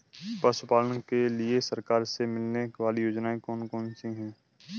पशु पालन करने के लिए सरकार से मिलने वाली योजनाएँ कौन कौन सी हैं?